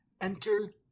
Enter